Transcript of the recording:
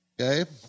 Okay